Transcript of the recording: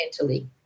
mentally